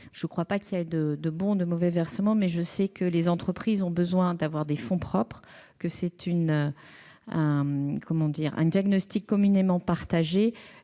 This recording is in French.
Même s'il n'y a pas de bons ou de mauvais versements, je sais que les entreprises ont besoin d'avoir des fonds propres. C'est un diagnostic communément partagé,